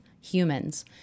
humans